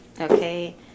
Okay